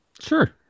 Sure